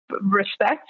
respect